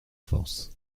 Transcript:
force